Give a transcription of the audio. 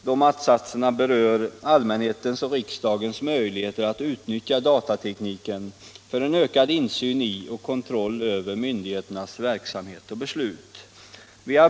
De berör allmänhetens och riksdagens möjligheter att utnyttja datatekniken för en ökad insyn i och kontroll över myndigheternas verksamhet och beslut.